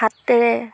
হাতেৰে